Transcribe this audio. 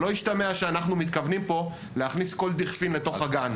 שלא ישתמע שאנחנו מתכוונים פה להכניס כל דכפין לתוך הגן.